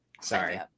Sorry